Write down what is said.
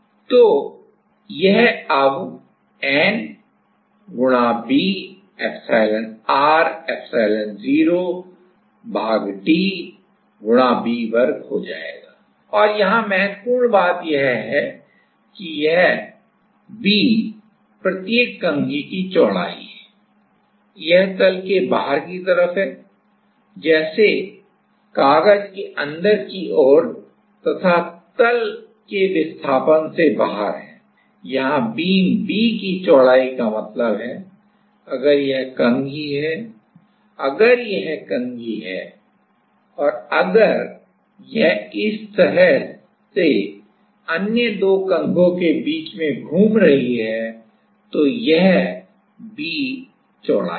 तो यह n b epsilonr epsilon0 भाग d गुणा V वर्ग हो जाएगा और यहाँ महत्वपूर्ण बात यह है कि यह V है यह B प्रत्येक कंघी की चौड़ाई है यह तल से बाहर की तरफ है जैसे कागज कागज के अंदर की ओर तथा तल के विस्थापन से बाहर है यहां बीम B की चौड़ाई का मतलब है अगर यह कंघी है अगर यह कंघी है और अगर यह इस तरह से अन्य दो कंघों के बीच में घूम रही है तो यह B चौड़ाई है